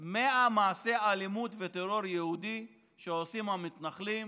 100 מעשי אלימות וטרור יהודי שעושים המתנחלים